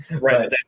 Right